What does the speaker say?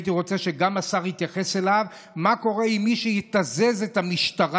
הייתי רוצה שהשר יתייחס גם אליו: מה קורה אם מישהו יתזז את המשטרה?